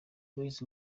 boys